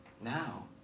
now